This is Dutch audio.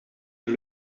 een